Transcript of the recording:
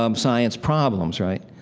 um science problems, right.